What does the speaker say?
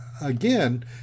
again